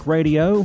Radio